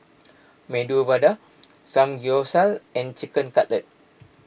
Medu Vada Samgyeopsal and Chicken Cutlet